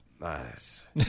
Nice